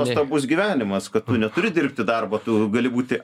nuostabus gyvenimas kad tu neturi dirbti darbo tu gali būti